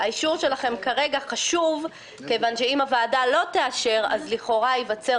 האישור שלכם כרגע חשוב כיוון שאם הוועדה לא תאשר אז לכאורה ייווצר